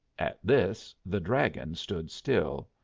at this the dragon stood still.